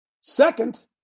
Second